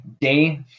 day